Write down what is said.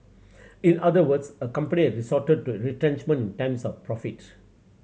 in other words a company had resorted to retrenchment in times of profit